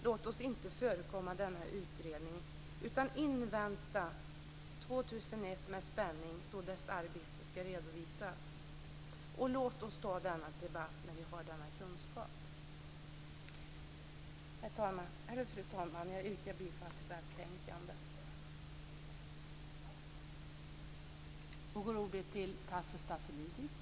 Låt oss inte förekomma denna utredning utan i stället med spänning invänta den år 2001, då dess arbete skall redovisas. Låt oss ta denna debatt när vi har den kunskapen. Fru talman! Jag yrkar bifall till hemställan i betänkandet.